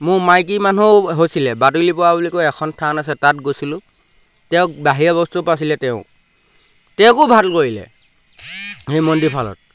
মোৰ মাইকী মানুহেও হৈছিলে বাদলিপৰা বুলি কয় এখন থান আছে তাত গৈছিলোঁ তেওঁক বাহিৰা বস্তুৱে পাইছিলে তেওঁক তেওঁকো ভাল কৰিলে সেই মন্দিৰৰ ফলত